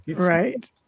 Right